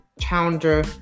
challenger